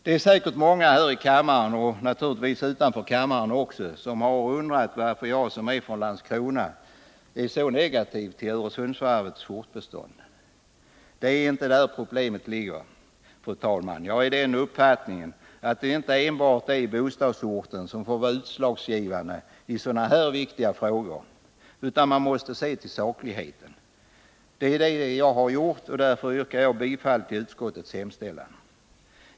Det är säkert många här i kammaren och naturligtvis utanför kammaren också som undrar varför jag, som är från Landskrona, är så negativ till Öresundsvarvets fortbestånd. Det är inte där problemet ligger, fru talman. Jag är av den uppfattningen att det inte enbart är bostadsorten som får vara utslagsgivande i sådana här viktiga frågor, utan man måste se till sakligheten. Det är det jag har gjort, och därför yrkar jag bifall till utskottets hemställan.